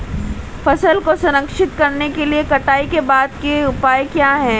फसल को संरक्षित करने के लिए कटाई के बाद के उपाय क्या हैं?